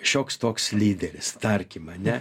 šioks toks lyderis tarkim ane